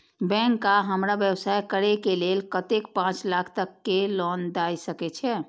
Bank का हमरा व्यवसाय करें के लेल कतेक पाँच लाख तक के लोन दाय सके छे?